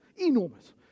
Enormous